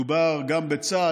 מדובר גם בצה"ל.